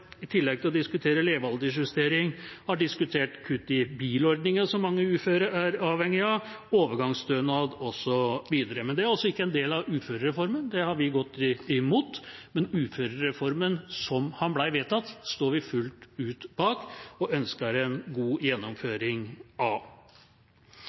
diskutert kutt i bilordningen, som mange uføre er avhengig av, overgangsstønad osv. Men det er ikke en del av uførereformen, det har vi gått imot. Uførereformen som den ble vedtatt, står vi fullt ut bak og ønsker en god gjennomføring av.